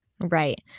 Right